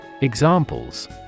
Examples